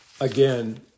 Again